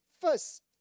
First